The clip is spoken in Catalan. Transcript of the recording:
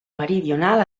meridional